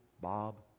Bob